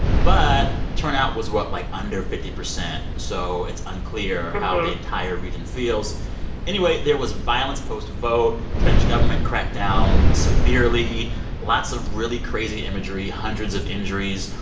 but turnout was what? like, under fifty percent. so it's unclear how the entire region feels anyway, there was violence post-vote. the spanish government cracked down severely lots of really crazy imagery, hundreds of injuries.